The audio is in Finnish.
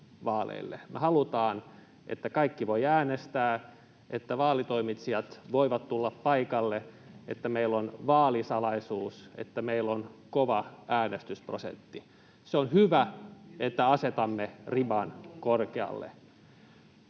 Me halutaan, että kaikki voivat äänestää, että vaalitoimitsijat voivat tulla paikalle, että meillä on vaalisalaisuus, että meillä on kova äänestysprosentti. On hyvä, että asetamme riman korkealle.